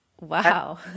Wow